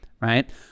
right